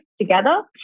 together